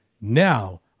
Now